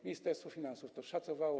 Ministerstwo Finansów to szacowało.